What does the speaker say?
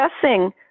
discussing